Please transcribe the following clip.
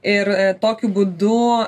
ir tokiu būdu